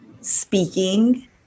speaking